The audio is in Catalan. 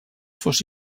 fos